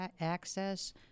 access